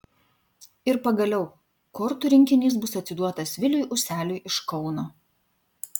ir pagaliau kortų rinkinys bus atiduotas viliui useliui iš kauno